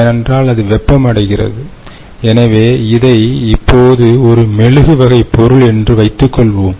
ஏனென்றால் அது வெப்பமடைகிறது எனவே இதை இப்போது ஒரு மெழுகு வகை பொருள் என்று வைத்துக் கொள்வோம்